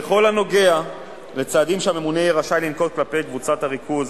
בכל הנוגע לצעדים שהממונה יהיה רשאי לנקוט כלפי קבוצת הריכוז,